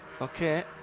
Okay